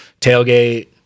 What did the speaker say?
tailgate